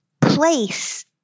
place